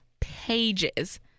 pages